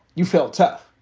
you felt tough,